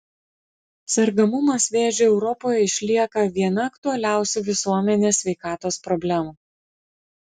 sergamumas vėžiu europoje išlieka viena aktualiausių visuomenės sveikatos problemų